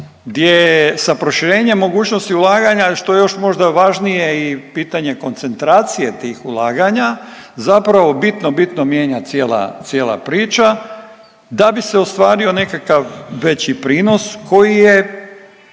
gdje sa proširenjem mogućnosti ulaganja, što je još možda važnije i pitanje koncentracije tih ulaganja, zapravo bitno, bitno mijenja cijela, cijela priča da bi se ostvario nekakav veći prinos koji je